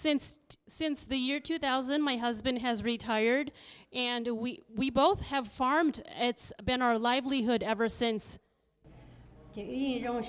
since since the year two thousand my husband has retired and two we we both have farmed it's been our livelihood ever since